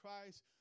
Christ